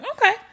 okay